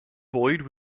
boyd